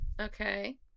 Okay